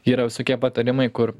yra visokie patarimai kur